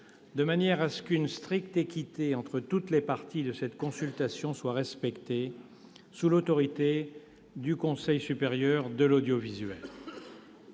de manière qu'une stricte équité entre toutes les parties soit respectée, sous l'autorité du Conseil supérieur de l'audiovisuel.